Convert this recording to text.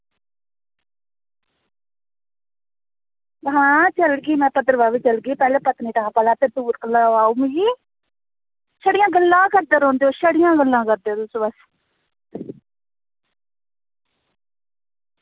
आं चलगी में भद्रवाह बी चलगे पत्नीटॉप आह्ला टूर ते लोआओ मिगी छड़ियां गल्लां करदे रौहंदे छड़ियां गल्लां गै करदे रौहंदे तुस